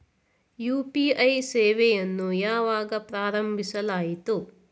UPI ಸೇವೆಯನ್ನು ಯಾವಾಗ ಪ್ರಾರಂಭಿಸಲಾಯಿತು?